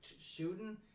shooting